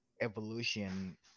evolution